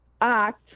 act